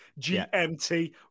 GMT